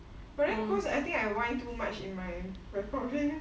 but then because I think I whine too much in my recording